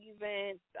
events